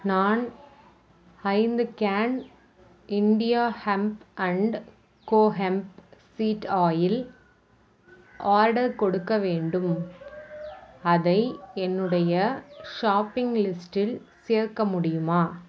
நான் ஐந்து can India hemp and co hemp seed oil order கொடுக்க வேண்டும் அதை என்னுடைய ஷாப்பிங் லிஸ்ட்டில் சேர்க்க முடியுமா